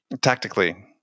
tactically